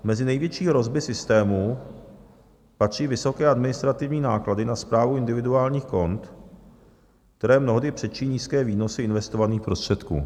Mezi největší hrozby systému patří vysoké administrativní náklady na správu individuálních kont, které mnohdy předčí nízké výnosy investovaných prostředků.